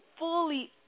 Fully